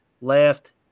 left